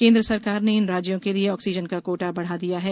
केन्द्र सरकार ने इन राज्यों के लिए ऑक्सीजन का कोटा बढा दिया है